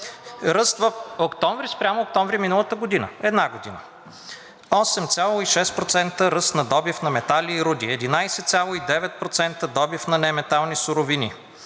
Добрев.) Октомври спрямо октомври миналата година – една година: 8,6% ръст на добив на метали и руди; 11,9% добив на неметални суровини;